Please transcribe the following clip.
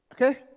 Okay